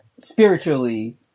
spiritually